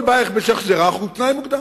כל בית בשיח'-ג'ראח הוא תנאי מוקדם.